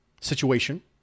situation